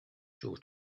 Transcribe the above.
sure